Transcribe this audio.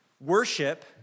worship